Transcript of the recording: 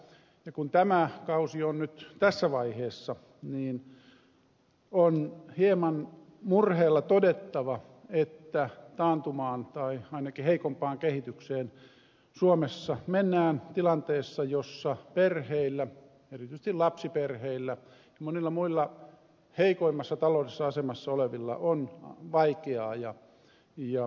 ja kun tämä kausi on nyt tässä vaiheessa niin on hieman murheella todettava että taantumaan tai ainakin heikompaan kehitykseen suomessa mennään tilanteessa jossa perheillä erityisesti lapsiperheillä ja monilla muilla heikoimmassa taloudellisessa asemassa olevilla on vaikeaa ja ahdasta